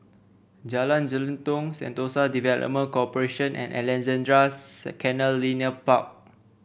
Jalan Jelutong Sentosa Development Corporation and Alexandra Canal Linear Park